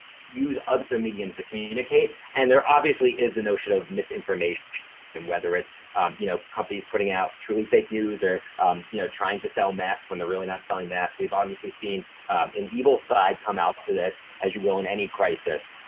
use other mediums to communicate. and there obviously is the notion of misinformation whether it's you know companies putting out truly fake news or you know trying to sell masks when they're really not selling masks. we've obviously seen an evil side come out to this as you will in any crisis.